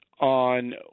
on